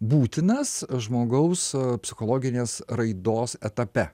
būtinas žmogaus psichologinės raidos etape